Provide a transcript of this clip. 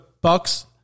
bucks